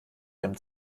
ihrem